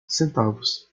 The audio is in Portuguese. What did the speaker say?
centavos